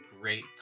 great